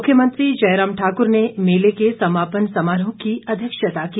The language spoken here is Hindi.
मुख्यमंत्री जयराम ठाकर ने मेले के समापन समारोह की अध्यक्षता की